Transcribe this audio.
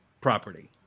property